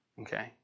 Okay